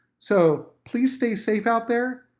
so please stay safe out there,